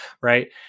right